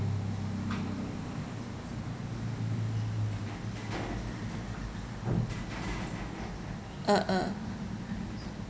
uh uh